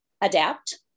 adapt